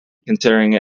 considering